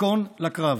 ייכון לקרב.